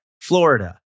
Florida